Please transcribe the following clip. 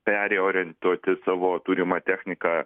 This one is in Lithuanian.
periorientuoti savo turimą techniką